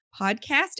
podcast